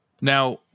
Now